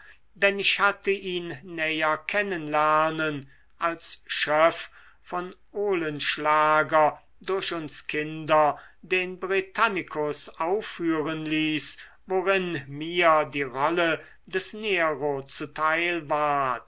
denn ich hatte ihn näher kennen lernen als schöff von olenschlager durch uns kinder den britannicus aufführen ließ worin mir die rolle des nero zuteil ward